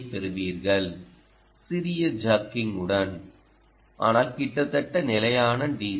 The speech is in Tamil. யைப் பெறுவீர்கள் சிறிய ஜாக்கிங் உடன் ஆனால் கிட்டத்தட்ட நிலையான டி